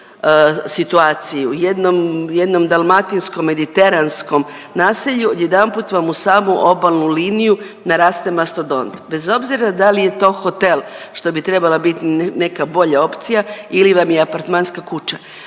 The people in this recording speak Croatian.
u jednom dalmatinsko-mediteranskom naselju odjedanput vam uz samu obalnu liniju naraste mastodont, bez obzira da li je to hotel što bi trebala biti neka bolja opcija ili vam je apartmanska kuća,